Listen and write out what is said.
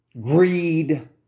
greed